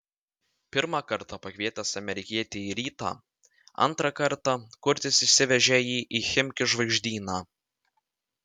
pirmą kartą pakvietęs amerikietį į rytą antrą kartą kurtis išsivežė jį į chimki žvaigždyną